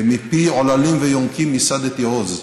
"מפי עולְְלים ויֹנקים יסדתי עֹז",